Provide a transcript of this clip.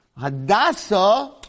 Hadassah